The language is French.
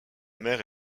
mère